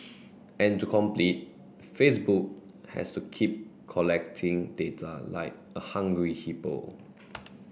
and to compete Facebook has to keep collecting data like a hungry hippo